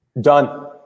Done